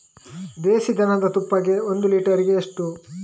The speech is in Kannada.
ದೇಸಿ ದನದ ತುಪ್ಪಕ್ಕೆ ಒಂದು ಲೀಟರ್ಗೆ ಎಷ್ಟು?